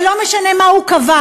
ולא משנה מה הוא קבע,